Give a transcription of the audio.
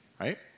right